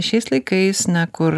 šiais laikais na kur